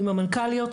עם המנכ"ליות,